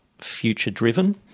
future-driven